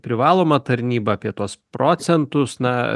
privalomą tarnybą apie tuos procentus na